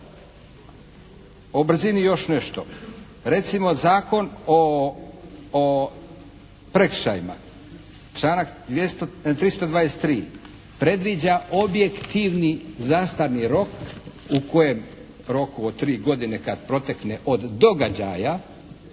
O brzini još nešto. Recimo Zakon o prekršajima članak 323. predviđa objektivni zastarni rok u kojem roku od tri godine kad protekne od događaja